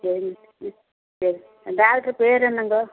சரி ம் சரி டாக்ட்ரு பெயரு என்னங்க